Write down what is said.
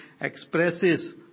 expresses